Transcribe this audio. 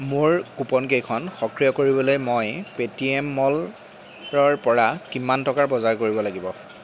মোৰ কুপনকেইখন সক্ৰিয় কৰিবলৈ মই পে'টিএম মলৰ পৰা কিমান টকাৰ বজাৰ কৰিব লাগিব